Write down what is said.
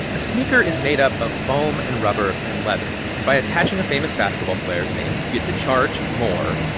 a sneaker is made up of foam and rubber and leather. and by attaching a famous basketball player's name, you get to charge more.